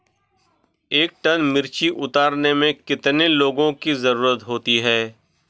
एक टन मिर्ची उतारने में कितने लोगों की ज़रुरत होती है?